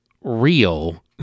real